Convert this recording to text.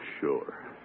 sure